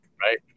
Right